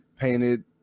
painted